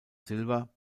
silber